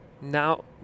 now